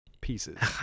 pieces